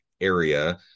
area